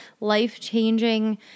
life-changing